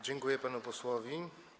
Dziękuję panu posłowi.